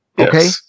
Okay